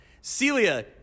Celia